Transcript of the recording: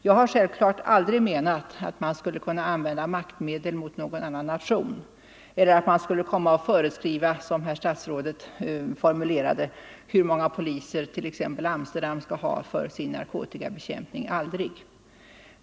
Jag har självfallet aldrig menat att man skulle kunna använda maktmedel mot någon annan nation eller att man skulle föreskriva, som herr statsrådet formulerade det, hur många poliser t.ex. Amsterdam skall ha för sin narkotikabekämpning.